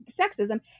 sexism